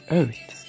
earth